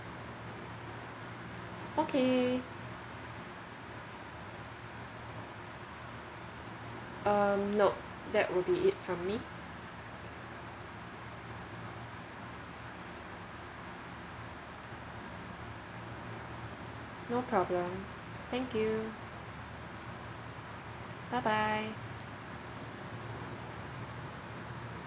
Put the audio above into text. okay um nope that would be it from me no problem thank you bye bye